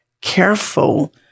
careful